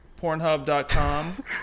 pornhub.com